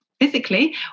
physically